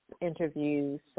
interviews